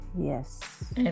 yes